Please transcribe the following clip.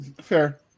Fair